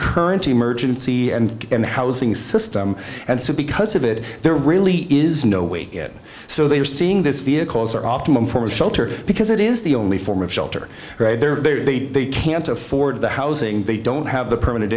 current emergency and in the housing system and so because of it there really is no way it so they are seeing this vehicles are optimum for a shelter because it is the only form of shelter they can't afford the housing they don't have the permanent